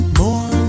more